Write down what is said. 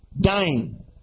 dying